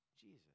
Jesus